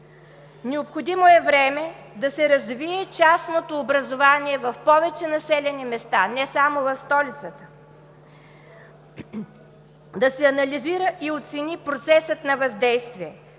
Необходимо е време да се развие частното образование в повече населени места, не само в столицата; да се анализира и оцени процесът на въздействие